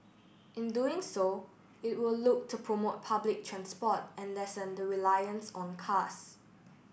in doing so it will look to promote public transport and lessen the reliance on cars